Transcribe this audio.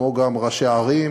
וגם ראשי ערים,